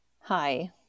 hi